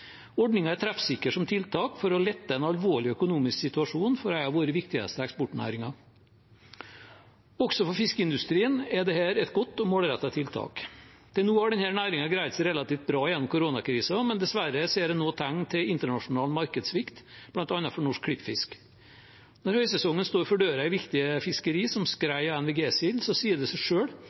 er treffsikker som tiltak for å lette en alvorlig økonomisk situasjon for en av våre viktigste eksportnæringer. Også for fiskeindustrien er dette et godt og målrettet tiltak. Til nå har denne næringen greid seg relativt bra gjennom koronakrisen, men dessverre ser en nå tegn til internasjonal markedssvikt, bl.a. for norsk klippfisk. Når høysesongen står for døra i viktige fiskerier som skrei og NVG-sild, sier det seg